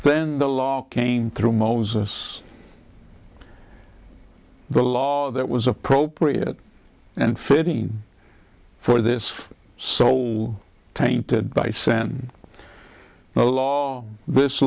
then the law gained through moses the law that was appropriate and fitting for this soul tainted by send th